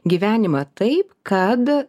gyvenimą taip kad